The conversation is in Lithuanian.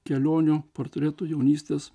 kelionių portretų jaunystės